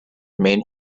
main